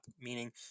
meaning